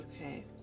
Okay